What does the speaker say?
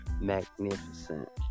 magnificent